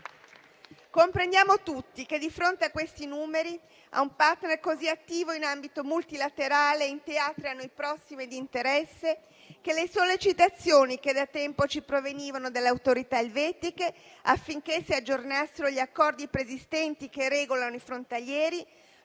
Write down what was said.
Comprendiamo tutti che, di fronte a questi numeri e a un *partner* così attivo in ambito multilaterale in teatri a noi prossimi e di interesse, le sollecitazioni che da tempo ci provenivano dalle autorità elvetiche affinché si aggiornassero gli accordi preesistenti che regolano i frontalieri